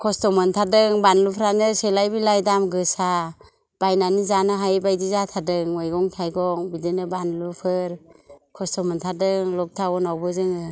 खस्थ' मोन्थारदों बानलुफ्रानो सेलाय बेलाय दाम गोसा बायनानै जानो हायैबायदि जाथारदों मैगं थायगं बिदिनो बानलुफोर खस्थ' मोन्थारजों लक डाउनावबो जोङो